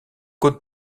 côtes